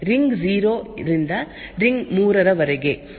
ಆದ್ದರಿಂದ ಎಲ್ಲಾ ಅಪ್ಲಿಕೇಶನ್ ಗಳು ರಿಂಗ್ 3 ರಲ್ಲಿ ರನ್ ಆಗುತ್ತಿವೆ